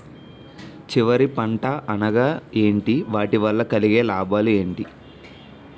చివరి పంట అనగా ఏంటి వాటి వల్ల కలిగే లాభాలు ఏంటి